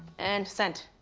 and sent.